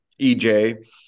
EJ